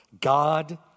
God